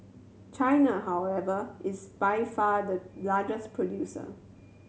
China however is by far the largest producer